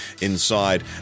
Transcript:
inside